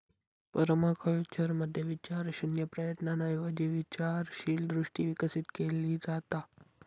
पर्माकल्चरमध्ये विचारशून्य प्रयत्नांऐवजी विचारशील दृष्टी विकसित केली जाता